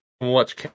watch